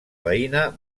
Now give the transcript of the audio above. veïna